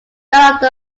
none